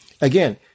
Again